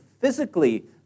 physically